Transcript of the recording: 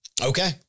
Okay